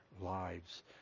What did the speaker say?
lives